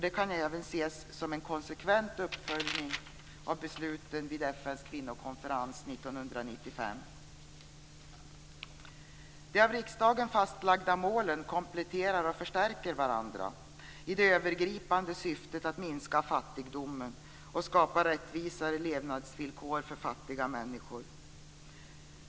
Det kan även ses som en konsekvent uppföljning av besluten vid FN:s kvinnokonferens 1995. De av riksdagen fastlagda målen kompletterar och förstärker varandra i det övergripande syftet att minska fattigdomen och skapa rättvisare levnadsvillkor för fattiga människor.